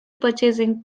purchasing